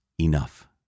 enough